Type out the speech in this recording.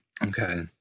Okay